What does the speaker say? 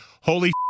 holy